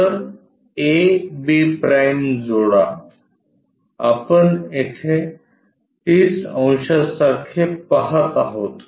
तर ab' जोडा आपण तेथे 30 अंशांसारखे पाहत आहोत